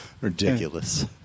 Ridiculous